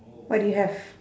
what do you have